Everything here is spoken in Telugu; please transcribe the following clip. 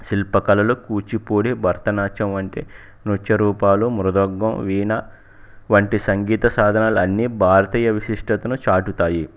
శిల్ప కళలు కూచిపూడి భరతనాట్యం వంటి నృత్య రూపాలు మృదంగం వీణ వంటి సంగీత సాధనలు అన్నీ భారతీయ విశిష్టతను చాటుతాయి